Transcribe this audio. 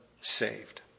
saved